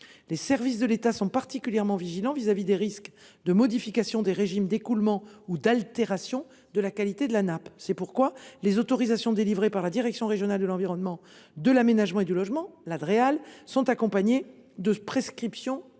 Les services de l’État sont particulièrement vigilants face aux risques de modification des régimes d’écoulement ou d’altération de la qualité de la nappe. C’est pourquoi les autorisations délivrées par la direction régionale de l’environnement, de l’aménagement et du logement (Dreal) sont accompagnées de prescriptions spécifiques.